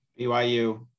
BYU